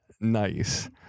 nice